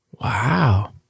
Wow